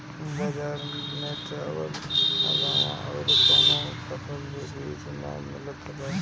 बजार में चावल के अलावा अउर कौनो फसल के बीज ना मिलत बा